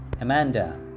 Amanda